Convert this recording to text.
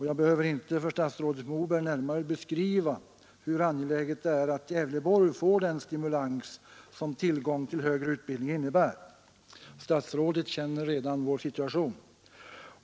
Jag behöver inte för statsrådet Moberg närmare beskriva hur angeläget det är att Gävleborgs län får den stimulans som tillgången till högre utbildning innebär; statsrådet känner redan vår situation.